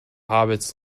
hobbits